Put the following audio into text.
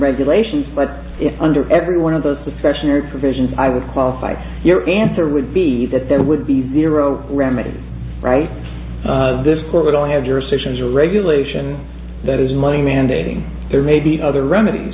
regulations but under every one of those discretionary provisions i would qualify your answer would be that there would be zero remedies right this court would all have jurisdictions or regulation that is money mandating there may be other remedies